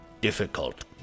difficult